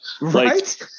Right